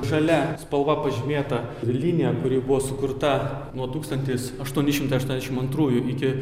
žalia spalva pažymėta linija kuri buvo sukurta nuo tūkstantis aštuoni šimtai aštuoniasdešim antrųjų iki